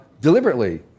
deliberately